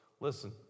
listen